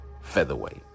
featherweight